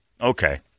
Okay